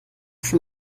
schon